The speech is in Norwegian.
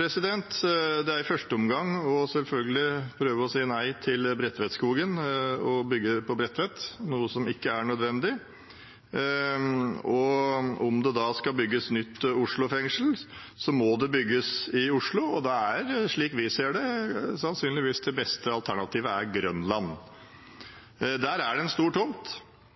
er i første omgang selvfølgelig å prøve å si nei til å bygge på Bredtvet og i Bredtvetskogen, noe som ikke er nødvendig. Om det skal bygges nytt Oslo fengsel, må det bygges i Oslo. Da er sannsynligvis det beste alternativet Grønland, slik vi ser det. Der er det en stor tomt. En trenger ikke å bygge ned hele tomten. En